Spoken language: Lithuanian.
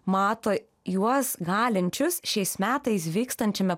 mato juos galinčius šiais metais vykstančiame